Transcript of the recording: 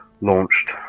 launched